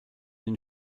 den